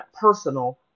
personal